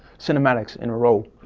cinematics in a row,